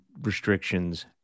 restrictions